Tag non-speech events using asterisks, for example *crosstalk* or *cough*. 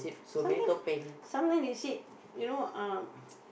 sometime sometime they say you know uh *noise*